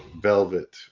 Velvet